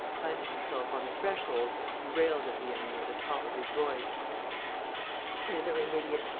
planting himself on the threshold, he railed at the enemy at the top of his voice you blithering idiot,